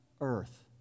earth